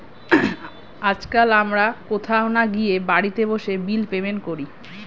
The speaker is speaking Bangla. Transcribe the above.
আজকাল আমরা কোথাও না গিয়ে বাড়িতে বসে বিল পেমেন্ট করি